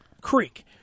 Creek